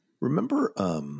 remember